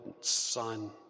son